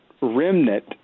remnant